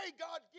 God